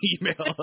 email